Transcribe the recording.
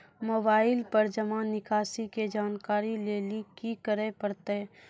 Mobile पर जमा निकासी के जानकरी लेली की करे परतै?